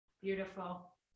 Beautiful